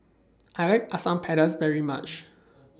I like Asam Pedas very much